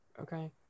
okay